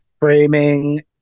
framing